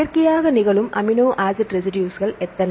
இயற்கையாக நிகழும் amino acid ரெசிடுஸ்கள் எத்தனை